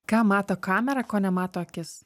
ką mato kamera ko nemato akis